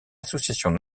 associations